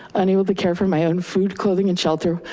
unable to care for my own food, clothing and shelter,